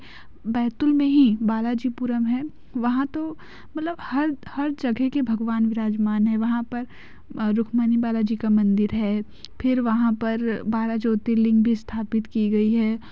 बैतुल में ही बालाजी पुरम है वहाँ तो मतलब हर हर जगह के भगवान विराजमान हैं वहाँ पर रुक्मिणी बालाजी का मंदिर है फिर वहाँ पर बारह ज्योतिर्लिंग भी स्थापित की गई